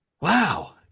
Wow